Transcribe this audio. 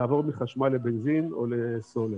לעבור מחשמל לבנזין או לסולר.